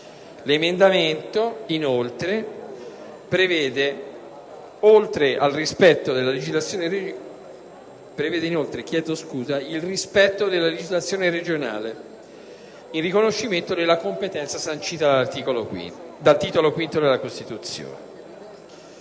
L'emendamento prevede inoltre il rispetto della legislazione regionale e il riconoscimento della competenza sancita dal Titolo V della Costituzione.